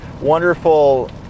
wonderful